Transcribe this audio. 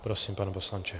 Prosím, pane poslanče.